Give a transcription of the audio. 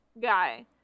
guy